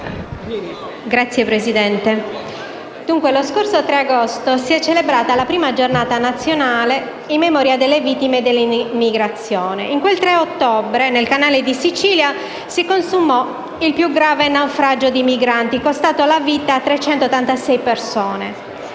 Signora Presidente, lo scorso 3 ottobre si è celebrata la prima giornata nazionale in memoria delle vittime dell'immigrazione. Il 3 ottobre 2013 nel canale di Sicilia si consumò il più grave naufragio di migranti, costato la vita a 386 persone.